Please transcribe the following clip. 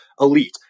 elite